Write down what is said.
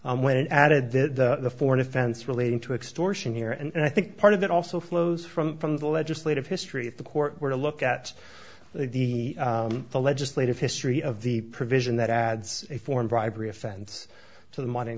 capture when it added that the foreign offense relating to extortion here and i think part of that also flows from from the legislative history if the court were to look at the legislative history of the provision that adds a foreign bribery offense to the money